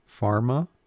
pharma